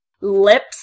lips